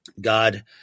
God